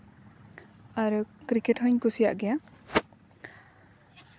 ᱟᱨ cricket ᱦᱚᱧ ᱠᱩᱥᱤᱭᱟᱜ ᱜᱮᱭᱟ